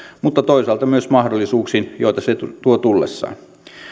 mutta toisaalta myös mahdollisuuksiin joita se tuo tullessaan